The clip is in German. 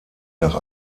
nach